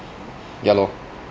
ya lor